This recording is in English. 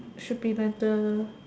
should be like the